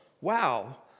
wow